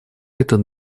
этот